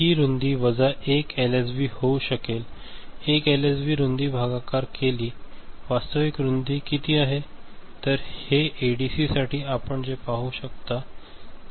तर ही रुंदी वजा 1 एलएसबी होऊ शकेल 1 एलएसबी रूंदीने भागाकार केलेली वास्तविक रुंदी किती आहे तर हे एडीसीसाठी आहे जे आपण पाहू शकता